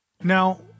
Now